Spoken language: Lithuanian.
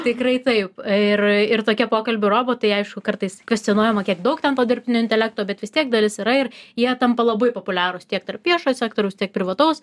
tikrai taip ir ir tokie pokalbių robotai aišku kartais kvestionuojama kiek daug ten to dirbtinio intelekto bet vis tiek dalis yra ir jie tampa labai populiarūs tiek tarp viešojo sektoriaus tiek privataus